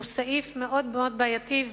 הוא סעיף מאוד מאוד בעייתי,